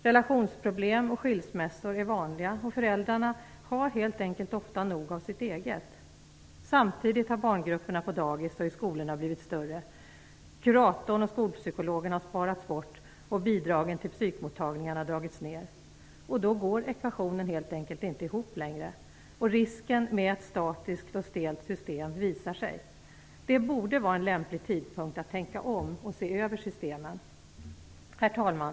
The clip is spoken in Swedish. Relationsproblem och skilsmässor är vanliga, och föräldrarna har helt enkelt ofta nog av sitt eget. Samtidigt har barngrupperna på dagis och i skolorna blivit större. Kuratorn och psykologen har sparats bort, och bidragen till psykmottagningarna har dragits ned. Då går ekvationen inte ihop längre, och risken med ett statiskt och stelt system visar sig. Det borde vara en lämplig tidpunkt att tänka om och se över systemen. Herr talman!